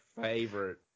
favorite